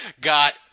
got